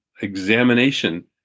examination